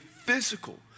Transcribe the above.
physical